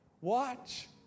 Watch